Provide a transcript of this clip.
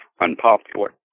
unpopular